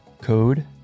code